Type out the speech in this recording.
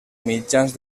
mitjans